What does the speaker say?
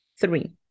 Three